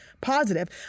positive